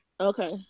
Okay